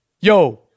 Yo